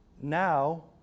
Now